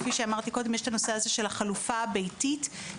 ישנו נושא החלופה הביתית.